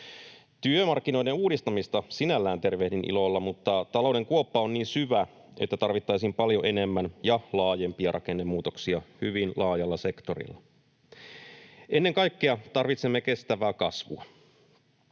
Työmarkkinoiden uudistamista sinällään tervehdin ilolla, mutta talouden kuoppa on niin syvä, että tarvittaisiin paljon enemmän ja laajempia rakennemuutoksia hyvin laajalla sektorilla. Ennen kaikkea tarvitsemme kestävää kasvua.